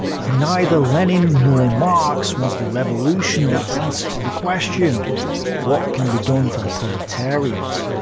for neither lenin nor marx was the revolution the answer to the question what can be done for the proletariat?